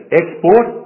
export